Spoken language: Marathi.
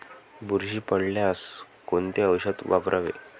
बुरशी पडल्यास कोणते औषध वापरावे?